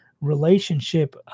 relationship